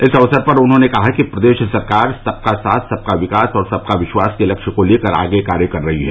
इस अवसर पर उन्होने कहा कि प्रदेश सरकार सबका साथ सबका विकास और सबका विश्वास के लक्ष्य को लेकर कार्य कर रही है